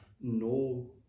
no